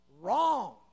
Wrong